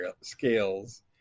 scales